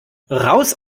raus